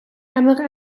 emmer